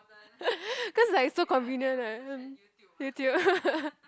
cause like so convenient right YouTube